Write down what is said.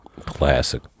classic